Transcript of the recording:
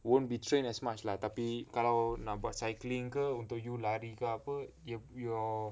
won't be trained as much lah tapi kalau nak buat cycling ke untuk you lari ke apa your